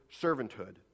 servanthood